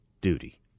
duty